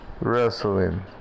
Wrestling